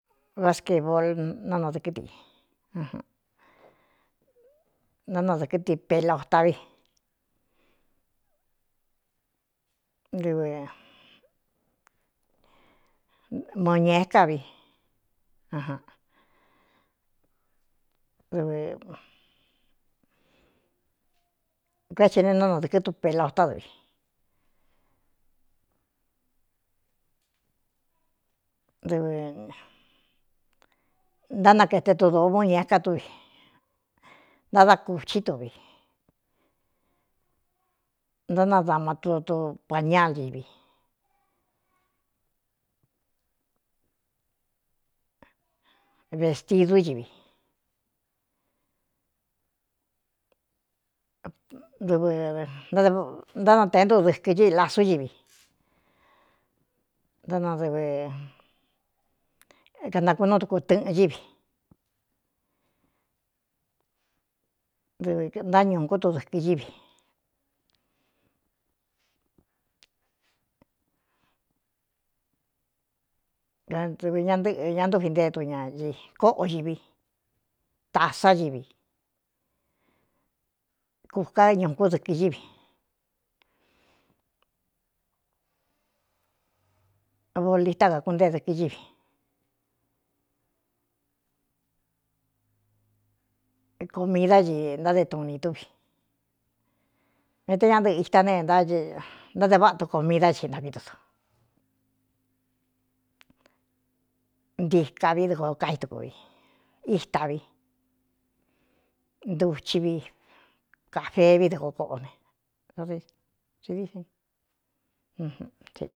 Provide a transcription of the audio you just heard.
Vá squebol nánadɨ̄kɨi nánadɨ̄kɨ tipela ota vimo ñēéká vi dvkoé the ne nánadɨ̄kɨ́ tupela ótá duvidvnánakete tu dóo vú ñēeká túvi ntádá kūchí tuvi ntánadama tutu pañal ivi vēstidú ivivntánataé ntú dɨkɨ ɨꞌi lasú ivi ánɨ kanākunú duku tɨ̄ꞌɨn ívi dɨvɨ ntáñun kú tu dɨ̄kɨ ívidɨv ña nɨꞌɨ ña ntúꞌvi ntée tu ña ī kóꞌo iví tāsá vi kūká ñu kú dɨ̄kɨ ívi bolitá kakuntée dɨ̄kɨ ɨvi komidá ii ntáde tuu nī túvi ve té ñá dɨꞌɨ̄ itá nee ntáde váꞌa tu ko midá ci ntaví do o ntíka vi dɨko káítuk vi ítā vi ntuchi vi kāfeevi dɨko kóꞌo nedis.